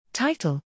Title